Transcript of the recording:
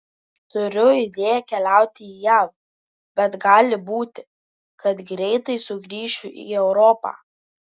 turiu idėją keliauti į jav bet gali būti kad greitai sugrįšiu į europą